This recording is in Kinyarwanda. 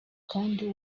kandi